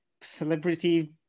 celebrity